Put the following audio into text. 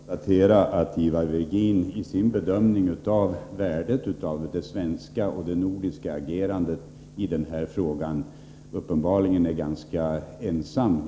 Herr talman! Jag vill bara konstatera att Ivar Virgin i sin bedömning av värdet av det svenska och det nordiska agerandet i den här frågan uppenbarligen är ganska ensam.